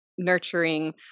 nurturing